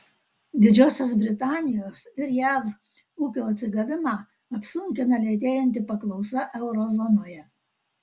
didžiosios britanijos ir jav ūkio atsigavimą apsunkina lėtėjanti paklausa euro zonoje